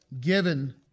given